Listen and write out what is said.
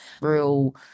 real